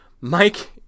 Mike